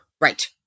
Right